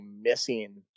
missing